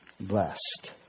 blessed